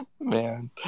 Man